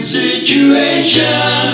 situation